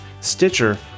Stitcher